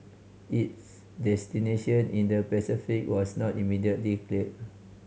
its destination in the Pacific was not immediately clear